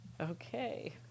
Okay